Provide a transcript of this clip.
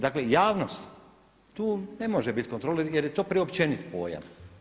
Dakle javnost tu ne može biti kontrolor jer je to preopćenit pojam.